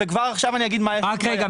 וכבר עכשיו אני אגיד מה --- רק רגע,